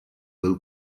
will